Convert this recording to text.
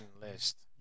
List